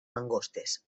mangostes